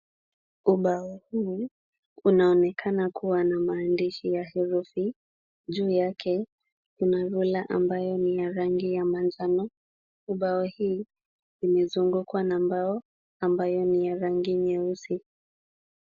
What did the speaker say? Ubao huu unaonekana kuwa na maandishi ya herufi. Juu yake kuna rula ambayo ni ya rangi ya manjano. Ubao hii imezungukwa na mbao ambayo ni ya rangi nyeusi.